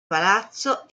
palazzo